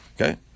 Okay